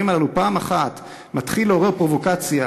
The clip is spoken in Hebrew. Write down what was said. הללו פעם אחת מתחיל לעורר פרובוקציה,